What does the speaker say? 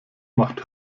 macht